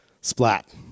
Splat